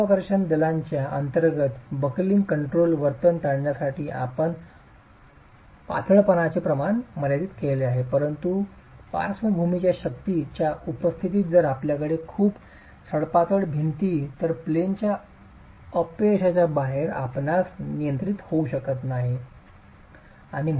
गुरुत्वाकर्षण दलांच्या अंतर्गत बकलिंग कंट्रोल वर्तन टाळण्यासाठी आपण पातळपणाचे प्रमाण मर्यादित केले आहे परंतु पार्श्वभूमीच्या शक्ती च्या उपस्थितीत जर आपल्याकडे खूप सडपातळ भिंती असतील तर प्लेनच्या अपयशाच्या बाहेर असल्यास आपण नियंत्रित होऊ शकत नाही